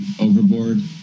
overboard